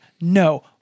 No